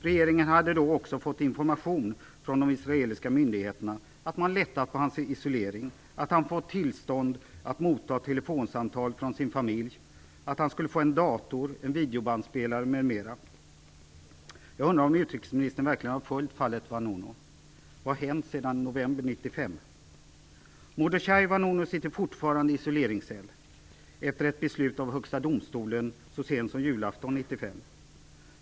Regeringen hade då också fått information från de israeliska myndigheterna om att man lättat på hans isolering, att han fått tillstånd att motta telefonsamtal från sin familj, att han skulle få en dator, en videobandspelare m.m. Jag undrar om utrikesministern verkligen har följt fallet Vanunu. Vad har hänt sedan november 1995? Mordechai Vanunu sitter fortfarande i isoleringscell efter ett beslut av Högsta domstolen så sent som julaftonen 1995.